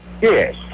Yes